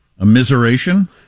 Amiseration